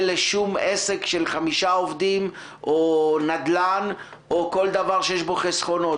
לשום עסק של חמישה עובדים או לנדל"ן או לכל דבר שיש בו חסכונות.